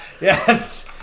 yes